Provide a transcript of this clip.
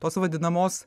tos vadinamos